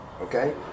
Okay